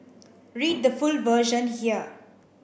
read the full version here